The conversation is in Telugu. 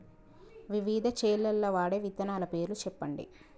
వివిధ చేలల్ల వాడే విత్తనాల పేర్లు చెప్పండి?